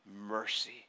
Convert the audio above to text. mercy